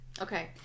Okay